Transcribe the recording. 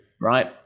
right